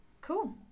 cool